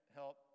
help